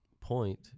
point